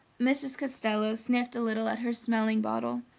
mrs. costello sniffed a little at her smelling bottle.